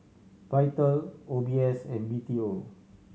Vital O B S and B T O